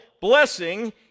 blessing